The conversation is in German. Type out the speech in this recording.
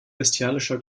bestialischer